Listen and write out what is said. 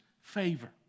Favor